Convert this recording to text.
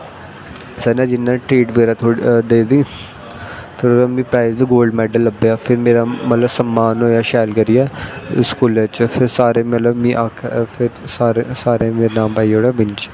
sir नै treat बगैरा देी ओड़ी बाद च गोल्ड मैडल लब्भेआ फिर मेरा सम्मान होया शैल करियै स्कूलै च फिर सारे मिगी आक्खा दे हे सारें नांऽ पाई ओड़ेआ बिंच